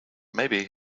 maybe